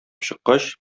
чыккач